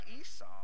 Esau